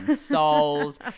souls